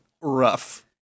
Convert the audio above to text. rough